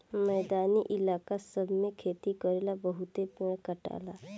मैदानी इलाका सब मे खेती करेला बहुते पेड़ कटाला